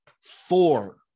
four